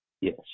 Yes